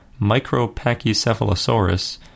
Micropachycephalosaurus